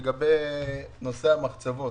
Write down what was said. לגבי נושא המחצבות.